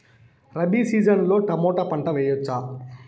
Rabi season లో tomato పంట వేయవచ్చా?